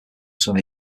some